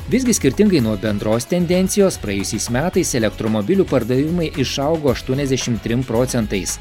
visgi skirtingai nuo bendros tendencijos praėjusiais metais elektromobilių pardavimai išaugo aštuoniasdešim trim procentais